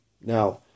Now